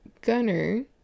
Gunner